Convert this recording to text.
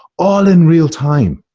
all in real time,